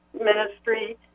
ministry